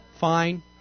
Fine